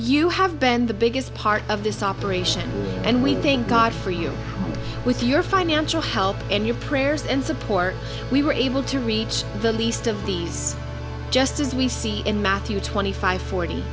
you have been the biggest part of this operation and we thank god for you with your financial help and your prayers and support we were able to reach the least of these just as we see in matthew twenty five forty